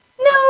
No